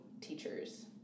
teachers